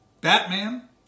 Batman